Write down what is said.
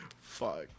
Fuck